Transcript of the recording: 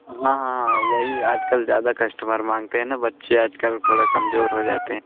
हाँ हाँ वही आजकल ज़्यादा कस्टमर माँगते हैं न बच्चे आजकल थोड़ा कमज़ोर हो जाते हैं